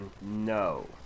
No